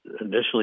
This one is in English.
initially